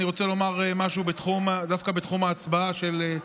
אשמח שיהיה שקט.